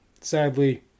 sadly